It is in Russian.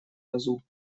козу